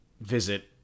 visit